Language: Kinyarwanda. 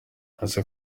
ese